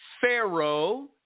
Pharaoh